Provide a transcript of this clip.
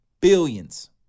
Billions